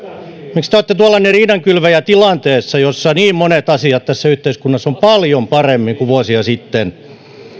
miksi te olette tuollainen riidankylväjä tilanteessa jossa niin monet asiat tässä yhteiskunnassa ovat paljon paremmin kuin vuosia sitten